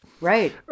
Right